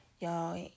Y'all